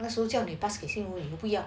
那时候叫你你不要